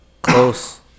Close